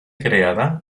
creada